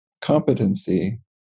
competency